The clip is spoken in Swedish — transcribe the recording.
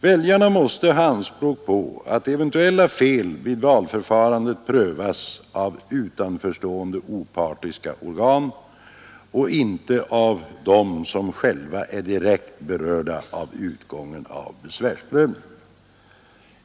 Väljarna måste ha anspråk på att eventuella fel vid valförfarandet prövas av utanförstående opartiska organ och icke av dem som själva är direkt berörda av utgången av besvärsprövningen.